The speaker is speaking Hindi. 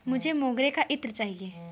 मुझे मोगरे का इत्र चाहिए